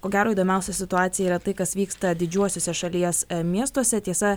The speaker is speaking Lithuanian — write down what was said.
ko gero įdomiausia situacija yra tai kas vyksta didžiuosiuose šalies miestuose tiesa